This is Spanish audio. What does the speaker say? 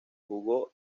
jugó